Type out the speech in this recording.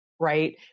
Right